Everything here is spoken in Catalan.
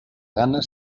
gana